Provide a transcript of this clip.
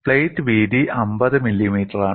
plate വീതി 50 മില്ലിമീറ്ററാണ്